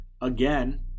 again